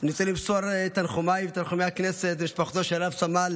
אני רוצה למסור את תנחומיי ותנחומי הכנסת למשפחתו של רב-סמל